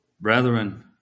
Brethren